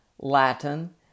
Latin